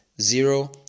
zero